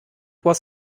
was